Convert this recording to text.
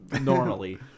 normally